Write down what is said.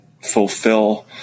fulfill